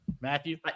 Matthew